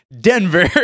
Denver